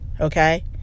Okay